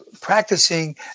practicing